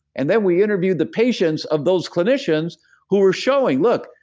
and then, we interviewed the patients of those clinicians who were showing, look,